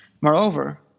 Moreover